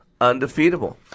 Undefeatable